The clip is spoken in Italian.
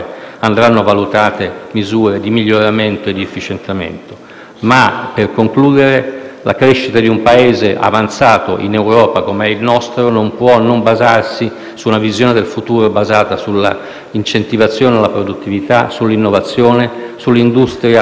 andranno valutate misure di miglioramento e di efficientamento. Per concludere, la crescita di un Paese avanzato in Europa, come il nostro, non può non basarsi su una visione del futuro fondata sull'incentivazione alla produttività, sull'innovazione, sul piano